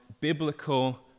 biblical